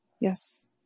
Yes